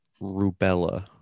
Rubella